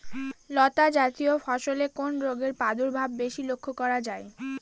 লতাজাতীয় ফসলে কোন রোগের প্রাদুর্ভাব বেশি লক্ষ্য করা যায়?